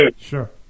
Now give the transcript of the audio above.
Sure